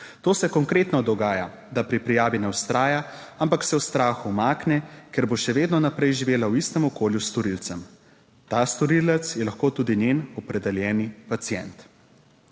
To se konkretno dogaja, da pri prijavi ne vztraja, ampak se v strahu umakne, ker bo še vedno naprej živela v istem okolju s storilcem. Ta storilec je lahko tudi njen opredeljeni pacient.«